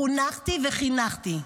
חונכתי וחינכתי.